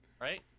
right